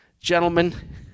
gentlemen